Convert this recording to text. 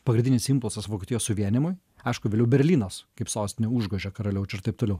pagrindinis impulsas vokietijos suvienijimui aišku vėliau berlynas kaip sostinė užgožė karaliaučių ir taip toliau